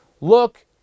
Look